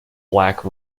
black